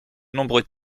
nombreux